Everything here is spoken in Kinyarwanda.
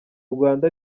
rwanda